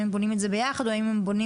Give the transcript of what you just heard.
האם הם בונים את זה ביחד או האם הם בעצם